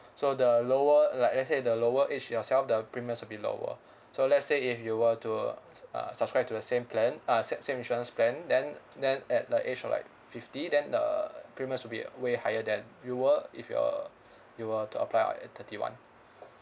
so the lower like let's say the lower age yourself the premiums will be lower so let's say if you were to uh s~ uh subscribe to the same plan uh sa~ same insurance plan then then at the age of like fifty then the premiums will be way higher than you were if your you were to apply uh at thirty one